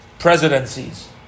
presidencies